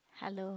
hello